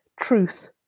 truth